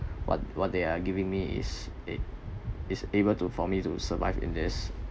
what what they are giving me is it is able to for me to survive in this